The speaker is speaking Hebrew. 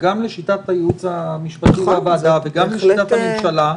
שגם לשיטת הייעוץ המשפטי לוועדה וגם לשיטת הממשלה,